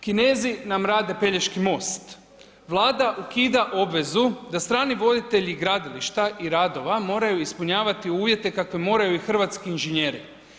Kinezi nam rade Pelješki most, Vlada ukida obvezu da strani voditelji gradilišta i radova moraju ispunjavati uvjete kakve moraju i hrvatski inženjeri.